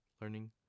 learning